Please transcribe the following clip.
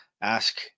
ask